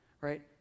right